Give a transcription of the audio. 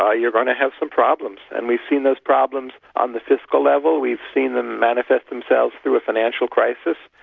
ah you're going to have some problems. and we've seen those problems on the fiscal level, we've seen them manifest themselves through a financial crisis,